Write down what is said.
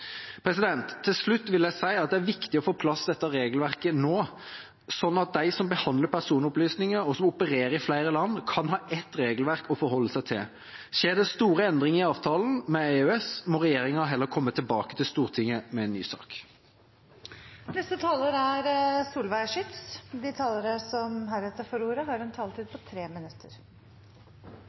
Til slutt vil jeg si at det er viktig å få på plass dette regelverket nå, slik at de som behandler personopplysninger, og som opererer i flere land, har ett regelverk å forholde seg til. Skjer det store endringer i avtalen med EØS, må regjeringa heller komme tilbake til Stortinget med en ny sak. De talere som heretter får ordet, har en taletid på inntil 3 minutter.